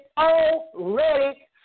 already